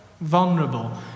vulnerable